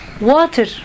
water